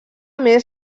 més